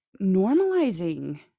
normalizing